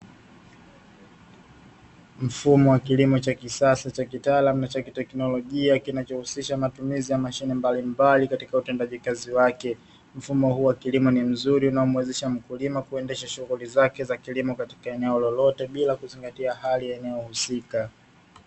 Mfumo wa kilimo cha kisasa cha kitaalamu na kiteknolojia, kinachohusisha matumizi ya mashine mbalimbali katika utendaji kazi wake, mfumo huu wa kilimo ni mzuri unaomwezesha mkulima kuendesha shughuli zake za kilimo sehemu popote bila kuzingatia mazingira husika.